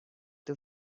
two